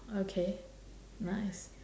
okay nice